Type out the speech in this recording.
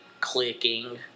clicking